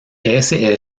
ese